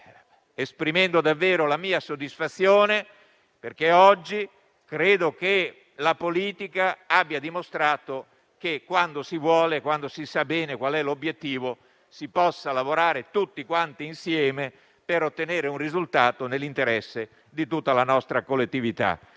esprimendo davvero la mia soddisfazione perché oggi credo che la politica abbia dimostrato che, quando si vuole e quando si sa bene qual è l'obiettivo, si può lavorare tutti insieme per ottenere un risultato nell'interesse di tutta la nostra collettività.